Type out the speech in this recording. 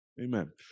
Amen